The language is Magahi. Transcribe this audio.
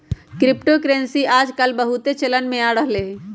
क्रिप्टो करेंसी याजकाल बहुते चलन में आ रहल हइ